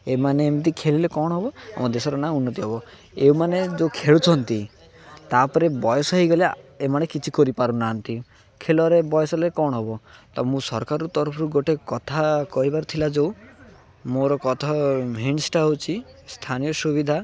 ଏମାନେ ଏମିତି ଖେଳିଲେ କ'ଣ ହେବ ଆମ ଦେଶର ନା ଉନ୍ନତି ହେବ ଏମାନେ ଯେଉଁ ଖେଳୁଛନ୍ତି ତା'ପରେ ବୟସ ହେଇଗଲେ ଏମାନେ କିଛି କରି ପାରୁନାହାନ୍ତି ଖେଳରେ ବୟସ ହେଲେ କ'ଣ ହେବ ତ ମୁଁ ସରକାର ତରଫରୁ ଗୋଟେ କଥା କହିବାର ଥିଲା ଯେଉଁ ମୋର କଥା ହିଣ୍ଟସ୍ଟା ହେଉଛି ସ୍ଥାନୀୟ ସୁବିଧା